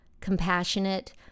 compassionate